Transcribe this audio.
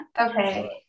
Okay